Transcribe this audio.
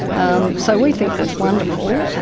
um so we think that's wonderful